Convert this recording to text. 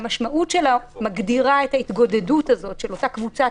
המשמעות של התקנה מגדירה את ההתגודדות הזאת של אותה קבוצת